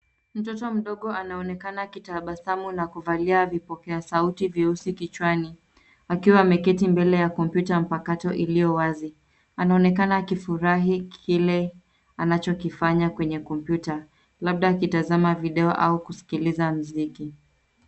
Mtoto mdogo anaonekana akitabasamu na kuvalia vipokea sauti vyeusi kichwani akiwa ameketi mbele ya kompyuta mpakato iliyo wazi. Anaonekana akifurahi kile anachokifanya kwenye kompyuta, labda akitazama video au kusikiliza muziki.